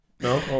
No